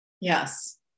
Yes